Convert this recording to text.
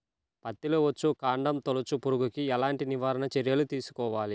పత్తిలో వచ్చుకాండం తొలుచు పురుగుకి ఎలాంటి నివారణ చర్యలు తీసుకోవాలి?